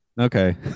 Okay